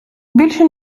більше